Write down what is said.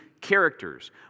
characters